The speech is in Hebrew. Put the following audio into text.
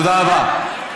תודה רבה.